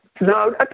No